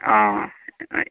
অ